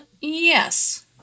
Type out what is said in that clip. Yes